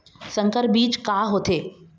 संकर बीज का होथे?